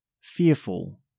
fearful